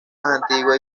antigua